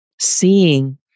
seeing